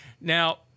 Now